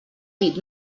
dit